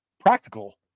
practical